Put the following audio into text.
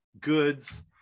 goods